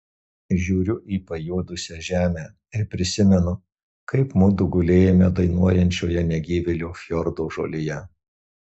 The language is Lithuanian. žiūriu į pajuodusią žemę ir prisimenu kaip mudu gulėjome dainuojančioje negyvėlio fjordo žolėje